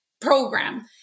program